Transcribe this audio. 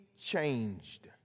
changed